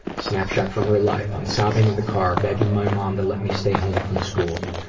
snapshot from her life, i'm sobbing in the car begging my mom to let me stay home from school.